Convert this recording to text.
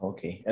Okay